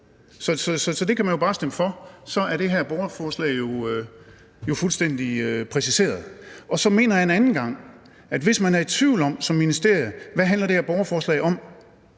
Så det kan man jo bare stemme for, for så er det her borgerforslag jo fuldstændig præciseret. Så synes jeg, at man, hvis man en anden gang som ministerium er i tvivl om, hvad et borgerforslag